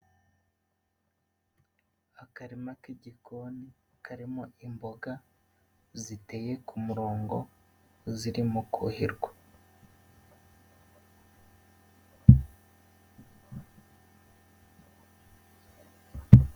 Akarima k'igikoni, karimo imboga ziteye ku murongo, ziririmo kuhirwa.